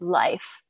life